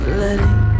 letting